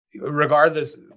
regardless